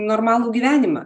normalų gyvenimą